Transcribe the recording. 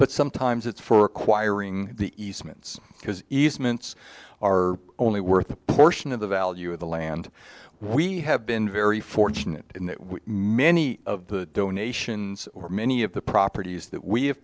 but sometimes it's for acquiring the eastman's because easements are only worth a portion of the value of the land we have been very fortunate in that many of the donations or many of the properties that we have